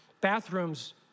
bathrooms